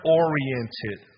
oriented